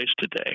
today